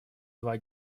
два